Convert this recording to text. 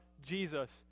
Jesus